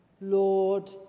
Lord